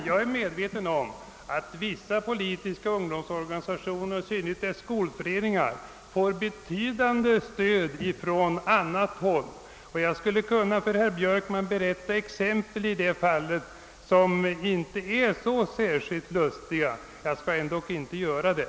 Jag är medveten om att vissa politiska ungdomsorganisationer, i synnerhet skolföreningar, får betydande stöd från annat håll. Jag skulle kunna för herr Björkman visa fram exempel som inte är så särskilt lustiga, men jag skall inte göra det.